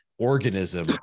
organism